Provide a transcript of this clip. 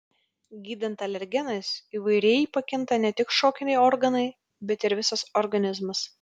gydant alergenais įvairiai pakinta ne tik šokiniai organai bet ir visas organizmas